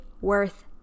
worth